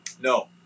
No